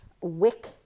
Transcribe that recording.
wick